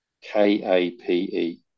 K-A-P-E